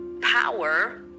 power